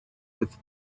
with